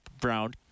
Brown